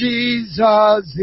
Jesus